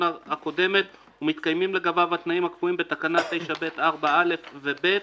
הקודמת ומתקיימים לגביו התנאים הקבועים בתקנה 9(ב)(4)(א) ו-(ב),